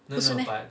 不是 meh